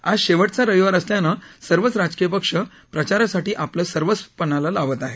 आज शेवटचा रविवार असल्यानं सर्वच राजकीय पक्ष प्रघारासाठी आपलं सर्वस्व पणाला लावलं आहे